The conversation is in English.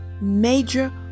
major